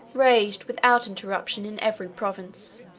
raged without interruption in every province,